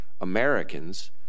Americans